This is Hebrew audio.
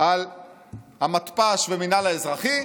על המתפ"ש והמינהל האזרחי,